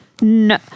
No